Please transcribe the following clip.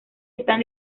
están